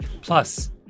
Plus